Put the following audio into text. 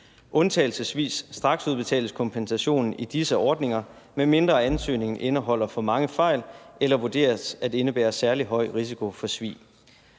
Undtagelsesvis straksudbetales kompensationen i disse ordninger, medmindre ansøgning indeholder for mange fejl eller vurderes at indebære særlig høj risiko for svig.